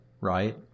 right